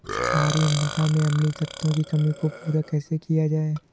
क्षारीए मृदा में अम्लीय तत्वों की कमी को पूरा कैसे किया जाए?